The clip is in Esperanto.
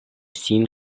sin